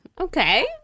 Okay